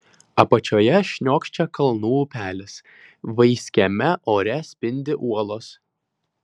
apačioje šniokščia kalnų upelis vaiskiame ore spindi uolos